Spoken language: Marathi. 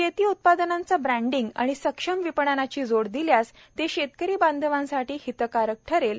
शेती उत्पादनांचे ब्रँडिंग व सक्षम विपणनाची जोड दिल्यास ते शेतकरी बांधवांसाठी हितकारक ठरेल